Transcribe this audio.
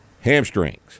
Hamstrings